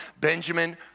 Benjamin